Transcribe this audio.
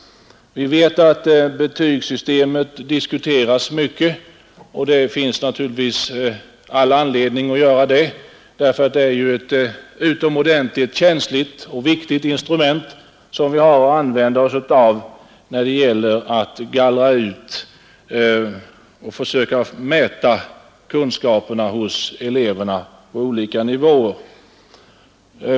Vi vet att betygssystemet diskuteras mycket och det finns naturligtvis all anledning att göra det, därför att det är ju ett utomordentligt känsligt och viktigt instrument som vi har att använda oss av när det gäller att gallra ut eller försöka mäta kunskaperna hos eleverna på olika nivåer.